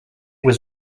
was